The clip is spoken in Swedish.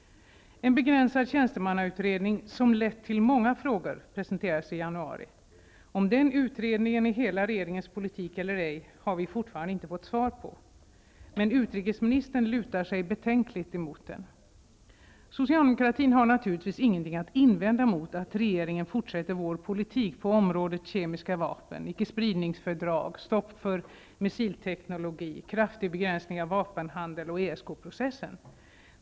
En begränsad tjänstemannautredning, som lett till många frågor, presenterades i januari. Om den utredningen är hela regeringens politik eller ej har vi fortfarande inte fått svar på. Men utrikesministern lutar sig betänkligt mot den. Socialdemokratin har naturligtvis ingenting att invända mot att regeringen fortsätter vår politik på området kemiska vapen, icke-spridningsfördraget, stopp för missilteknologi, kraftig begränsning av vanpenhandeln och ESK-processen.